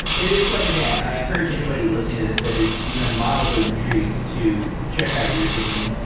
it is quite the dance. i encourage anybody listening to this that is even mildly intrigued to check out your zine.